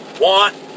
want